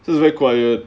so it's very quiet